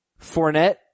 Fournette